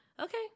Okay